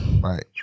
Right